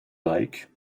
like